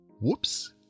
Whoops